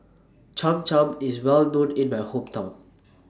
Cham Cham IS Well known in My Hometown